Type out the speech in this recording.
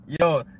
Yo